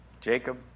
Jacob